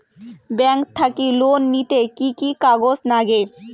Bank থাকি loan নিতে কি কি কাগজ নাগে?